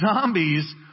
zombies